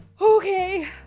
Okay